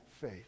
faith